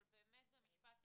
אבל באמת במשפט,